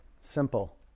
Simple